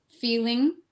feeling